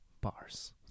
Bars